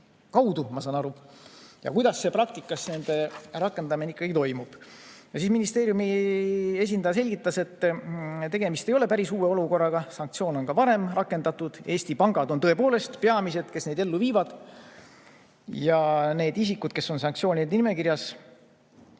kaudu, ma saan nii aru. Kuidas praktikas nende rakendamine ikkagi toimub? Ministeeriumi esindaja selgitas, et tegemist ei ole päris uue olukorraga, sanktsioone on ka varem rakendatud. Eesti pangad on tõepoolest peamised, kes neid ellu viivad. Neid isikuid, kes on sanktsioonide nimekirjas,